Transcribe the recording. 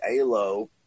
Alo